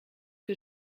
que